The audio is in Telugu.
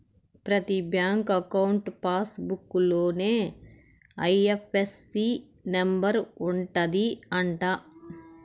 ప్రతి బ్యాంక్ అకౌంట్ పాస్ బుక్ లోనే ఐ.ఎఫ్.ఎస్.సి నెంబర్ ఉంటది అంట